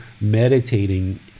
meditating